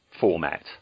format